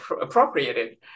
appropriated